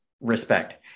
respect